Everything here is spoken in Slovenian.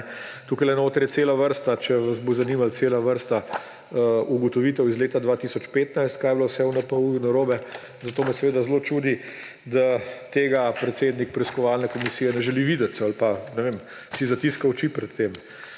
Tukajle noter je cela vrsta, če vas bo zanimalo, cela vrsta ugotovitev iz leta 2015, kaj je bilo vse v NPU narobe, zato me seveda zelo čudi, da tega predsednik preiskovalne komisije ne želi videti ali pa, ne vem, si zatiska oči pred tem.